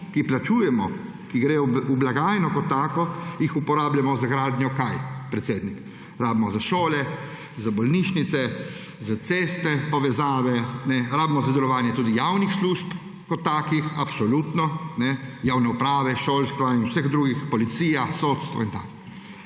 jih plačujemo, ki gredo v blagajno kot tako, jih uporabljamo za gradnjo, rabimo za šole, za bolnišnice, za cestne povezave, rabimo jih za delovanje javnih služb kot takih, absolutno, javne uprave, šolstva in vseh drugih, policije, sodstva.